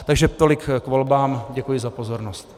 Takže tolik k volbám, děkuji za pozornost.